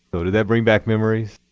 so did that bring back memories?